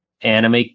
anime